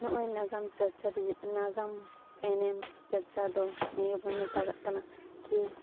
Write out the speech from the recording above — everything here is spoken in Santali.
ᱱᱚᱜᱼᱚᱭ ᱱᱟᱜᱟᱢ ᱪᱟᱨᱪᱟ ᱨᱮ ᱱᱟᱜᱟᱢ ᱮᱱᱮᱢ ᱪᱟᱨᱪᱟ ᱫᱚ ᱱᱤᱭᱟᱹᱵᱚᱱ ᱢᱮᱛᱟᱣᱟᱜ ᱠᱟᱱᱟ ᱠᱤ